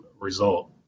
result